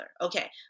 Okay